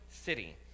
city